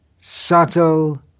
subtle